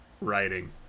writing